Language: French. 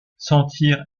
sentir